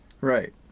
right